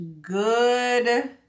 good